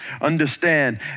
understand